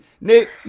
nick